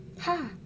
!huh!